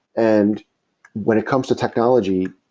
and when it comes to technology,